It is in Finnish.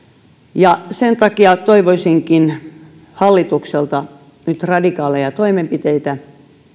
sen takia toivoisinkin hallitukselta nyt radikaaleja toimenpiteitä